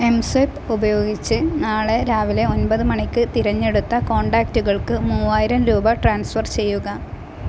M swipe ഉപയോഗിച്ച് നാളെ രാവിലെ ഒൻമ്പത് മണിക്ക് തിരഞ്ഞെടുത്ത കോൺടാക്റ്റുകൾക്ക് മൂവായിരം രൂപ ട്രാൻസ്ഫർ ചെയ്യുക